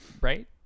Right